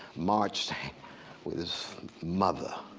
marched with his mother.